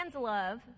love